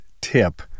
tip